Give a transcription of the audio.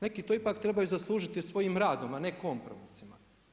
Neki to ipak trebaju zaslužiti svojim radom, a ne kompromisima.